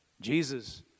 Jesus